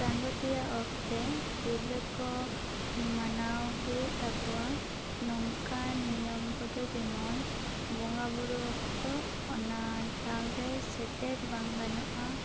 ᱟᱨ ᱪᱟᱸᱫᱚ ᱛᱮᱭᱟᱜ ᱚᱠᱛᱮ ᱛᱤᱨᱞᱟᱹ ᱠᱚ ᱢᱟᱱᱟᱣ ᱦᱩᱭᱩᱜ ᱛᱟᱠᱚᱣᱟ ᱱᱚᱝᱠᱟ ᱱᱤᱭᱚᱢ ᱠᱚᱫᱚ ᱡᱮᱢᱚᱱ ᱵᱚᱸᱜᱟ ᱵᱳᱨᱳ ᱚᱠᱛᱚ ᱚᱱᱟ ᱴᱷᱟᱶ ᱨᱮ ᱥᱮᱴᱮᱨ ᱵᱟᱝ ᱜᱟᱱᱚᱜᱼᱟ